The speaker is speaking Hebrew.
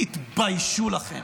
תתביישו לכם.